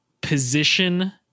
position